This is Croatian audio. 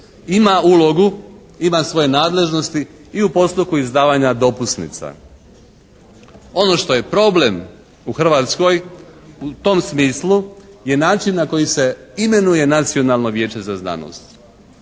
ima ulogu, ima svoje nadležnosti i u postupku izdavanja dopusnica. Ono što je problem u Hrvatskoj u tom smislu je način na koji se imenuje Nacionalno vijeće za znanost.